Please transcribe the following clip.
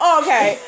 okay